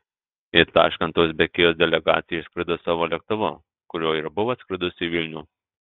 į taškentą uzbekijos delegacija išskrido savo lėktuvu kuriuo ir buvo atskridusi į vilnių